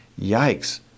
yikes